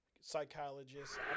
psychologist